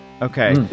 Okay